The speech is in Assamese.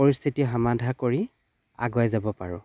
পৰিস্থিতি সমাধা কৰি আগুৱাই যাব পাৰোঁ